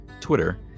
twitter